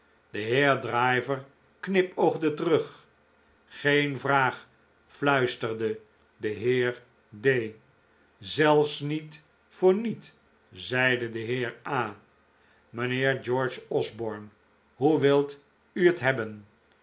de heer driver knipoogde terug geen vraag fluisterde de heer d zelfs niet voor niet zeide de heer a mijnheer george osborne hoe wilt u het hebben